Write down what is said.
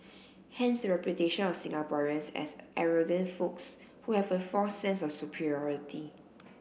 hence reputation of Singaporeans as arrogant folks who have a false sense of superiority